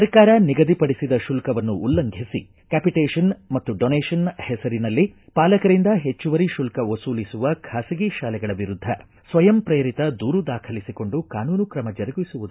ಸರ್ಕಾರ ನಿಗದಿ ಪಡಿಸಿದ ಶುಲ್ಲವನ್ನು ಉಲ್ಲಂಭಿಸಿ ಕ್ವಾಪಿಟೇಷನ್ ಮತ್ತು ಡೊನೆಷನ್ ಹೆಸರಿನಲ್ಲಿ ಪಾಲಕರಿಂದ ಹೆಚ್ಚುವರಿ ಶುಲ್ಕ ವಸೂಲಿಸುವ ಖಾಸಗಿ ಶಾಲೆಗಳ ವಿರುದ್ಧ ಸ್ವಯಂ ಪ್ರೇರಿತ ದೂರು ದಾಖಲಿಸಿಕೊಂಡು ಕಾನೂನು ಕ್ರಮ ಜರುಗಿಸುವುದಾಗಿ ಎಚ್ಚರಿಸಿದರು